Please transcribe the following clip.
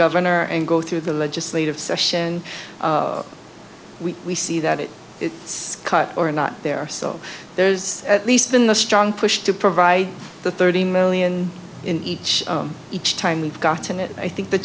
governor and go through the legislative session we see that it is it's cut or not there so there's at least in the strong push to provide the thirty million in each each time we've gotten it i think the